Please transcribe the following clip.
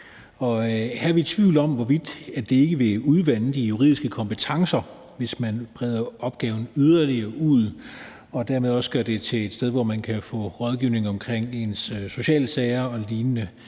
Her er vi i tvivl om, hvorvidt det vil udvande de juridiske kompetencer, hvis man breder opgaven yderligere ud og dermed også gør det til et sted, hvor man kan få rådgivning om ens sociale sager og lignende